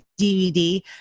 DVD